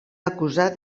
acusat